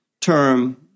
term